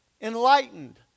enlightened